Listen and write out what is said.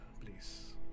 please